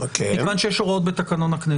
מכיוון שיש הוראות בתקנון הכנסת.